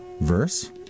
verse